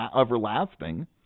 everlasting